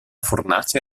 fornace